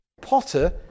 potter